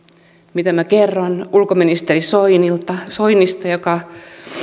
mitä minä kerron ulkoministeri soinista soinista joka